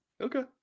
Okay